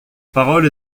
parole